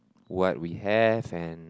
what we have and